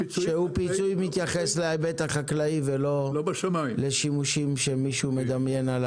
שמתייחס להיבט החקלאי ולא לשימושים שמישהו מדמיין.